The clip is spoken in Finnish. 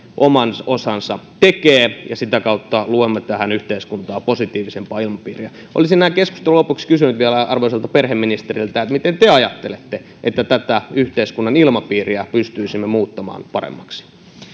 oman osansa ja sitä kautta luomme tähän yhteiskuntaan positiivisempaa ilmapiiriä olisin näin keskustelun lopuksi kysynyt vielä arvoisalta perheministeriltä mitä te ajattelette miten tätä yhteiskunnan ilmapiiriä pystyisimme muuttamaan paremmaksi